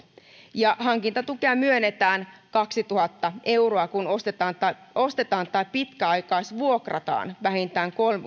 hankintatukea myönnetään kaksituhatta euroa kun ostetaan tai pitkäaikaisvuokrataan vähintään